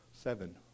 seven